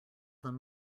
them